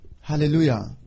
Hallelujah